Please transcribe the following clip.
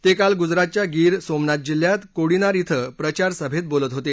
ते काल गुजरातच्या गीर सोमनाथ जिल्ह्यात कोडिनार ििं प्रचारसभेत बोलत होते